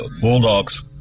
bulldogs